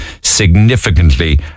significantly